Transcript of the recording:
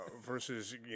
versus